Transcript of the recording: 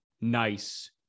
nice